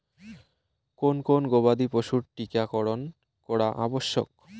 কোন কোন গবাদি পশুর টীকা করন করা আবশ্যক?